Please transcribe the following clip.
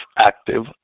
active